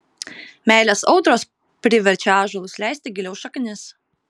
meilės audros priverčia ąžuolus leisti giliau šaknis